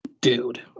dude